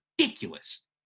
ridiculous